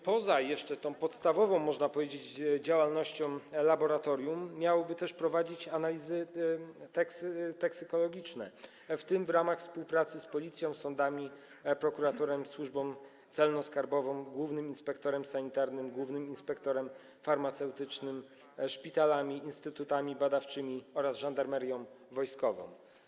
Poza tą podstawową, można powiedzieć, działalnością laboratorium miałoby też prowadzić analizy toksykologiczne, w tym w ramach współpracy z Policją, sądami, prokuraturami, Służbą Celno-Skarbową, Głównym Inspektoratem Sanitarnym, Głównym Inspektoratem Farmaceutycznym, szpitalami, instytutami badawczymi oraz Żandarmerią Wojskową.